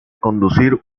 conducir